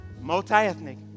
multi-ethnic